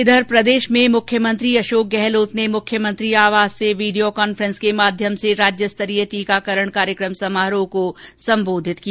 इधर प्रदेश में मुख्यमंत्री अशोक गहलोत ने मुख्यमंत्री आवास से वीडियो कॉन्फ्रेन्स के माध्यम से राज्य स्तरीय टीकाकरण कार्यक्रम समारोह को सम्बोधित किया